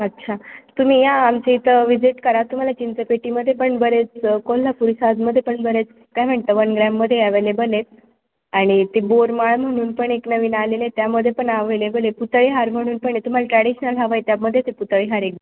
अच्छा तुम्ही या आमच्या इथे व विजिट करा तुम्हाला चिंचपेटी मध्ये पण बरेच कोल्हापुरी साजमध्ये पण बरेच पय म्हणटं वन ग्रॅम मध्ये अवेलेबल आहेत आणि ते बोरमाळ म्हणून पण एक नवीन आलेले आहे त्यामध्ये पण अवेलेबल आहे पुतळी हार म्हणून पण तुम्हाला ट्रॅडिशनल हव आहे त्यामध्येे ते पुतळी हार एक